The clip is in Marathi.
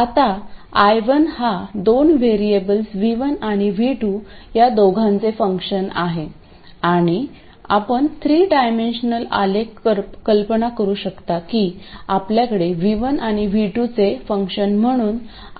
आता I1 हा दोन व्हेरिएबल्स V1 आणि V2 या दोघांचे फंक्शन आहे आणि आपण थ्री डायमेन्शनल आलेख कल्पना करू शकता की आपल्याकडे V1 आणि V2 चे फंक्शन म्हणून